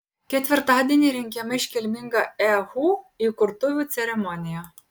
ketvirtadienį rengiama iškilminga ehu įkurtuvių ceremonija